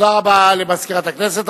תודה רבה למזכירת הכנסת.